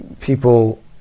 people